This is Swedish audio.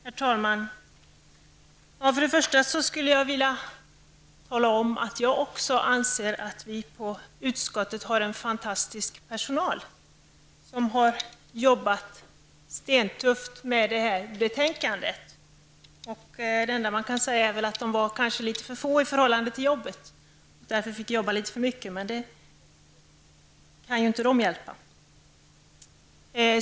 Herr talman! För det första vill jag tala om att jag också anser att vi har en fantastisk personal på utskottskansliet. Den har arbetat stentufft med det här betänkandet. Det enda man kan säga är väl att de var kanske för få i förhållande till arbetet. Därför fick de arbeta litet för mycket, men det kan ju inte de hjälpa.